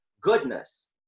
goodness